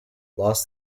lost